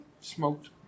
smoked